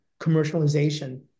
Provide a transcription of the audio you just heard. commercialization